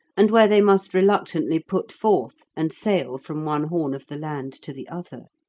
and where they must reluctantly put forth, and sail from one horn of the land to the other.